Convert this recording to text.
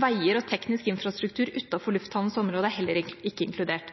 Veier og teknisk infrastruktur utenfor lufthavnens område er heller ikke inkludert.